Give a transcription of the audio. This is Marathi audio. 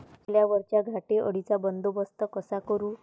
सोल्यावरच्या घाटे अळीचा बंदोबस्त कसा करू?